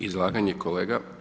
Izlaganje kolega.